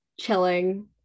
chilling